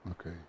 Okay